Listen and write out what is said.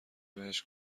بهش